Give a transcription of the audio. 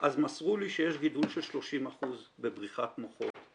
אז מסרו לי שיש גידול של 30% בבריחת מוחות.